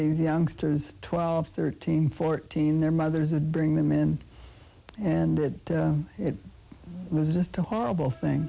these youngsters twelve thirteen fourteen their mothers a bring them in and it was just a horrible thing